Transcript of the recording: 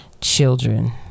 children